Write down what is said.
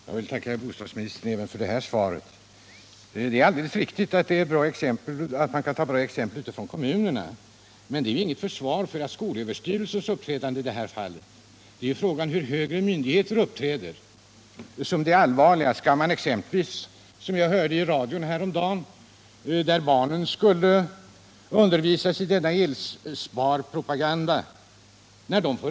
Herr talman! Jag tackar bostadsministern även för det här svaret. Det är alldeles riktigt att man kan ta fina exempel från kommunerna, men det är inget försvar för skolöverstyrelsens uppträdande i detta fall. Det är högre myndigheters uppträdande som är det allvarliga. Häromdagen hörde jag i radio hur skolbarn undervisades om elsparpropagandan.